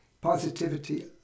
positivity